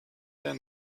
der